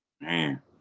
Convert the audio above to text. Man